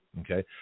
okay